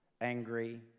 angry